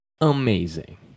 amazing